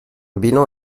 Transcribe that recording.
bilan